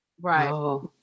Right